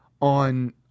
on